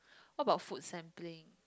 what about food sampling